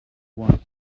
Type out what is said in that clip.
want